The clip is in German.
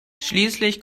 schließlich